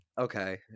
Okay